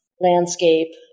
landscape